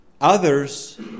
others